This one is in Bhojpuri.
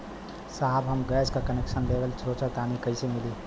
साहब हम गैस का कनेक्सन लेवल सोंचतानी कइसे मिली?